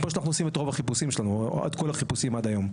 כמו שאנחנו עושים את רוב החיפושים שלנו או את כל החיפושים עד היום.